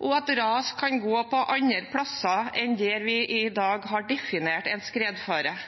og at ras kan gå andre steder enn der vi i dag har definert en